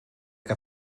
que